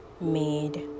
made